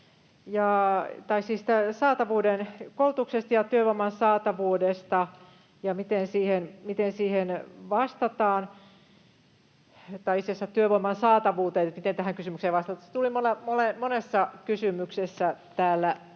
tästä koulutuksesta ja työvoiman saatavuudesta ja miten siihen vastataan — tai itse asiassa työvoiman saatavuudesta, että miten tähän kysymykseen vastataan. Se tuli monessa kysymyksessä täällä